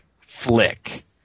flick